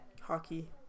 Hockey